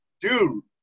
Dude